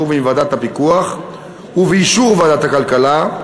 ועם ועדת הפיקוח ובאישור ועדת הכלכלה,